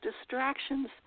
distractions